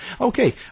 Okay